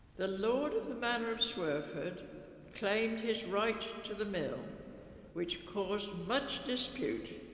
the lord of the manor of swerford claimed his right to the mill which caused much dispute